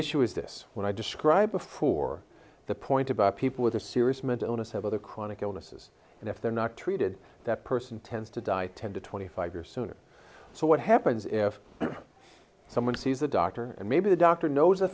issue is this when i describe before the point about people with a serious mental illness have other chronic illnesses and if they're not treated that person tends to die ten to twenty five years sooner so what happens if someone sees a doctor and maybe the doctor knows a